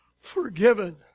forgiven